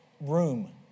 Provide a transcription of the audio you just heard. room